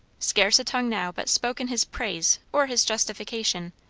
scarce a tongue now but spoke in his praise or his justification,